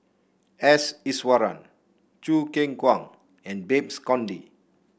S Iswaran Choo Keng Kwang and Babes Conde